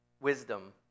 wisdom